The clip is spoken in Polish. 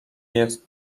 jest